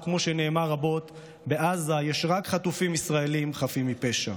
או כמו שנאמר רבות: בעזה יש רק חטופים ישראלים חפים מפשע.